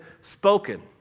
spoken